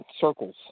circles